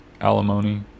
alimony